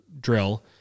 drill